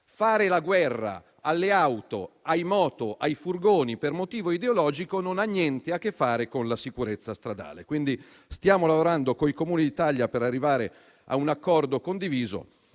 Fare la guerra alle auto, alle moto, ai furgoni per motivo ideologico non ha niente a che fare con la sicurezza stradale. Quindi stiamo lavorando con i Comuni d'Italia per arrivare a un accordo condiviso.